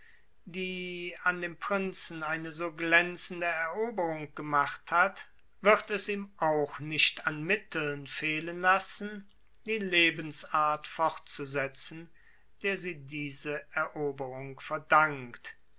die an dem prinzen von eine so glänzende eroberung gemacht hat wird es ihm auch nicht an mitteln fehlen lassen die lebensart fortzusetzen der sie diese eroberung verdankt